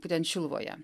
būtent šiluvoje